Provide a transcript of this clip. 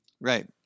Right